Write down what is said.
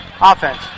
Offense